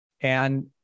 and-